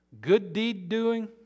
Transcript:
good-deed-doing